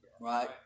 Right